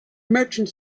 merchant